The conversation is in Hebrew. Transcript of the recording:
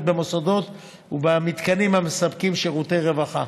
במוסדות ובמתקנים המספקים שירותי רווחה,